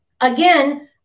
again